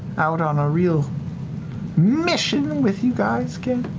out on a real mission with you guys again.